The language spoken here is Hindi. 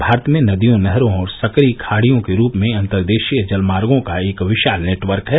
भारत में नदियों नहरों और संकरी खाडियों के रूप में अंतरदेशीय जलमार्गो का एक विशाल नेटवर्क है